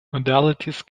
modalities